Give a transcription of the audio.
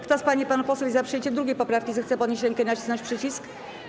Kto z pań i panów posłów jest za przyjęciem 2. poprawki, zechce podnieść rękę i nacisnąć przycisk.